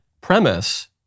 premise